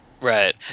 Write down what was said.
Right